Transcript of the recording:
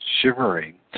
shivering